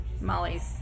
Molly's